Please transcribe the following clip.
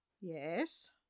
Yes